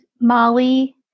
Molly